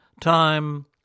time